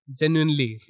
genuinely